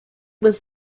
was